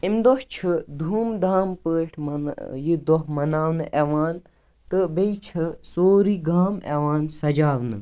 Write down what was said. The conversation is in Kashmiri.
اَمہِ دۄہ چھُ دھوم دھام پٲٹھۍ منا یہِ دۄہ مناونہ یِوان تہٕ بیٚیہِ چھُ سوری گام یِوان سجاونہٕ